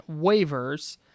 waivers